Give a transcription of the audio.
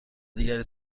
دیگری